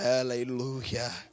Hallelujah